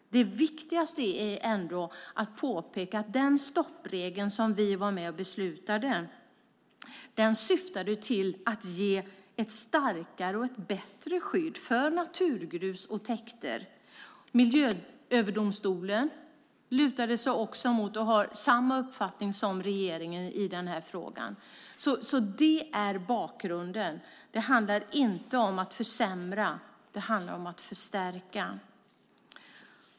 Det viktigaste är ändå att påpeka att den stoppregel som vi var med och beslutade om syftar till att ge ett starkare och ett bättre skydd för naturgrus och täkter. Miljööverdomstolen lutade sig också mot detta och har samma uppfattning som regeringen i den frågan. Det är bakgrunden. Det handlar inte om att försämra utan om att förstärka.